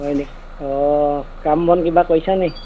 হয় নেকি অঁ কাম বন কিবা কৰিছা নেকি